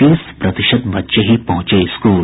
तीस प्रतिशत बच्चे ही पहुंचे स्कूल